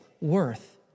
worth